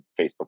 Facebook